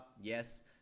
yes